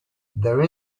there